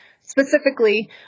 specifically